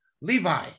Levi